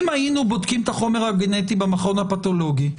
אם היינו בודקים את החומר הגנטי במכון הפתולוגי,